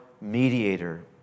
mediator